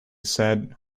said